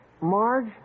Marge